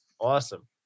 Awesome